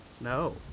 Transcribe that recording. No